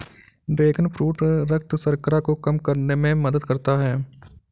dragon fruit रक्त शर्करा को कम करने में मदद करता है